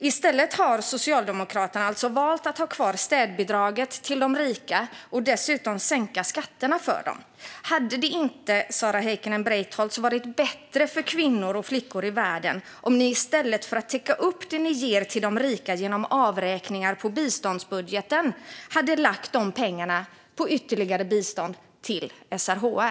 I stället har Socialdemokraterna valt att ha kvar städbidraget till de rika och dessutom sänka skatterna för dem. Hade det inte, Sara Heikkinen Breitholtz, varit bättre för kvinnor och flickor i världen om ni i stället för att täcka upp för det ni ger till de rika genom avräkningar på biståndsbudgeten hade lagt pengarna på ytterligare bistånd till SRHR?